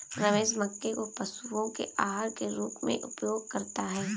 रमेश मक्के को पशुओं के आहार के रूप में उपयोग करता है